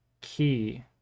key